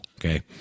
okay